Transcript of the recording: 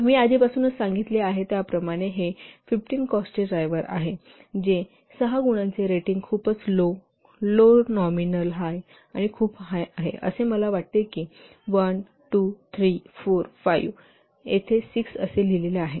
मी आधीपासूनच सांगितले आहे त्याप्रमाणे हे 15 कॉस्टचे ड्रायव्हर्स आहेत जे सहा गुणांचे रेटिंग खूपच लो लो नॉमिनल हाय आणि खूप हाय आहे असे मला वाटते की 1 2 3 4 5 येथे 6 असे लिहिलेले आहे